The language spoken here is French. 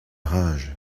rage